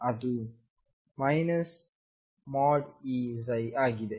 ಅದು |E|ψ ಆಗಿದೆ